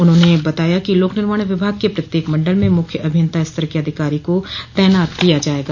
उन्होंने बताया कि लोक निर्माण विभाग के प्रत्येक मण्डल में मुख्य अभियंता स्तर के अधिकारी को तैनात किया जायेगा